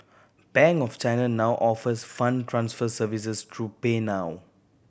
Bank of China now offers fund transfer services through PayNow